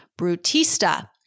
Brutista